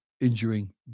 injuring